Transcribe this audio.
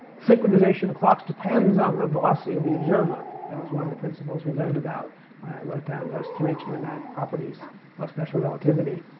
synchronization of clocks depends on the velocity of the observer. that was one of the principles we learned about when i wrote down those three kinematic properties of special relativity.